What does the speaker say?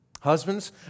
Husbands